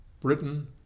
Britain